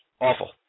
Awful